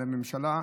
על הממשלה,